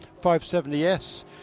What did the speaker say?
570S